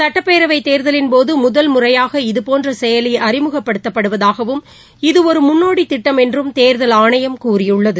சட்டப்பேரவைத் தேர்தலின்போதுமுதல் முறையாக இதுபோன்றசெயலிஅறிமுகப்படுத்தப்படுவதாகவும் இது ஒருமுன்னோடித் திட்டம் என்றும் தேர்தல் ஆணையம் கூறியுள்ளது